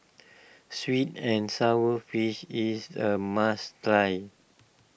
Sweet and Sour Fish is a must try